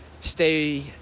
stay